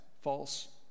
false